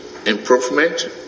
Improvement